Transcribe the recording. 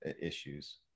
issues